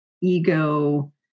ego